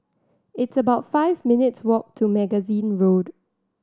it's about five minutes' walk to Magazine Road